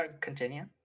Continue